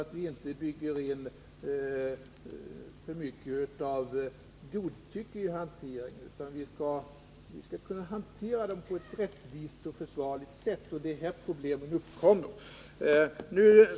Det får inte byggas in för mycket av godtycke i hanteringen, utan vi skall kunna genomföra den på ett rättvist och försvarligt sätt. Det är här problemen uppkommer.